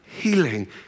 healing